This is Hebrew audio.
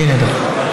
בלי נדר.